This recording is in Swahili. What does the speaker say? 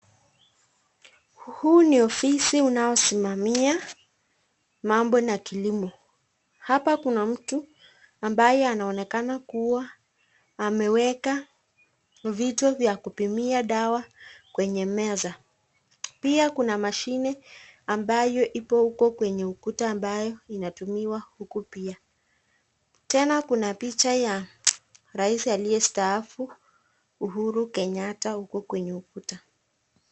Huu ni ofisi unaosimamia mambo na kilimo ,hapa kuna mtu ambaye anaonekana kuwa ameweka vitu vya kupimia dawa kwenye meza, pia kuna mashini ambayo ipo kwenye ukuta ambayo inatumiwa huku pia, tena kuna picha ya rais aliyestaafu Uhuru Kenyatta hako kwenye ukuta.